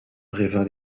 brevin